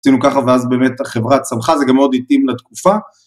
עשינו ככה ואז באמת החברה צמחה, זה גם מאוד התאים לתקופה.